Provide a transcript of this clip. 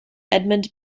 edmund